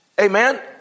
Amen